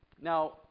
Now